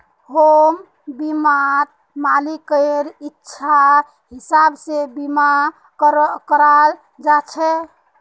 home बीमात मालिकेर इच्छार हिसाब से बीमा कराल जा छे